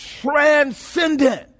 transcendent